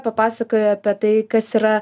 papasakojai apie tai kas yra